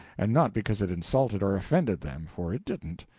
and not because it insulted or offended them, for it didn't.